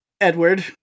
Edward